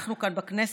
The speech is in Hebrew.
אנחנו כאן, בכנסת,